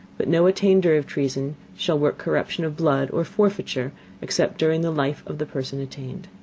but no attainder of treason shall work corruption of blood, or forfeiture except during the life of the person attainted.